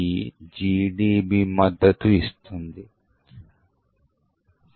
సరే కాబట్టి return to libc దాడికి చాలా ప్రాథమికంగా ఇది మనకు అవసరం